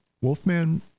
Wolfman